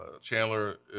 Chandler